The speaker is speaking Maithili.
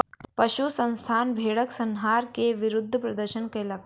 पशु संस्थान भेड़क संहार के विरुद्ध प्रदर्शन कयलक